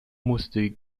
musste